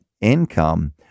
income